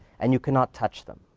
and you cannot touch them.